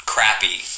crappy